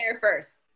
first